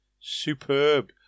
Superb